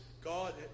God